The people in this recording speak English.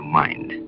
mind